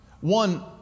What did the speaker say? one